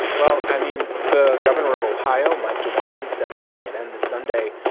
well, i mean, the governor of ohio, mike dewine, said on cnn this sunday,